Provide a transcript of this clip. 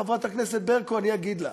חברת הכנסת ברקו, אני אגיד לך: